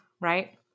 right